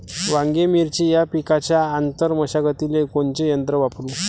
वांगे, मिरची या पिकाच्या आंतर मशागतीले कोनचे यंत्र वापरू?